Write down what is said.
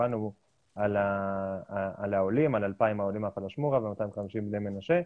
שקיבלנו על 2,000 העולים מהפלאשמורה ועל 250 בני מנשה,